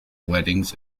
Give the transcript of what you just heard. weddings